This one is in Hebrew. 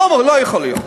לא יכול להיות.